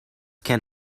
can